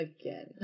again